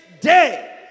day